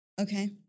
Okay